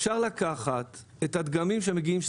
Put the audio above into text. אפשר לקחת את הדגמים שמגיעים,